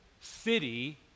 city